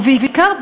ובעיקר,